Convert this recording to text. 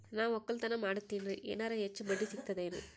ನಾ ಒಕ್ಕಲತನ ಮಾಡತೆನ್ರಿ ಎನೆರ ಹೆಚ್ಚ ಬಡ್ಡಿ ಸಿಗತದೇನು?